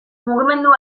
mugimendu